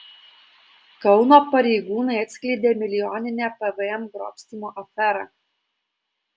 kauno pareigūnai atskleidė milijoninę pvm grobstymo aferą